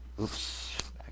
Oops